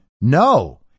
No